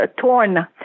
Torn